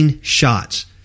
shots